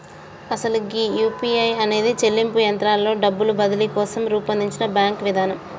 అసలు ఈ యూ.పీ.ఐ అనేది చెల్లింపు యాత్రలో డబ్బు బదిలీ కోసం రూపొందించిన బ్యాంకింగ్ విధానం